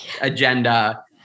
agenda